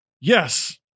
Yes